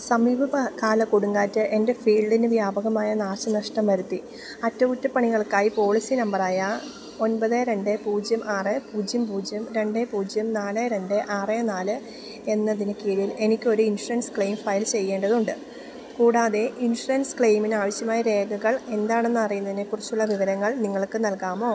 സമീപ കാല കൊടുങ്കാറ്റ് എന്റെ ഫീൽഡിന് വ്യാപകമായ നാശനഷ്ടം വരുത്തി അറ്റകുറ്റപ്പണികൾക്കായി പോളിസി നമ്പറായ ഒൻപത് രണ്ട് പൂജ്യം ആറ് പൂജ്യം പൂജ്യം രണ്ട് പൂജ്യം നാല് രണ്ട് ആറ് നാല് എന്നതിന് കീഴിൽ എനിക്കൊരു ഇൻഷൂറൻസ് ക്ലെയിം ഫയൽ ചെയ്യേണ്ടതുണ്ട് കൂടാതെ ഇൻഷുറൻസ് ക്ലെയിമിനാവശ്യമായ രേഖകൾ എന്താണെന്നറിയുന്നതിനെക്കുറിച്ചുള്ള വിവരങ്ങൾ നിങ്ങള്ക്ക് നൽകാമോ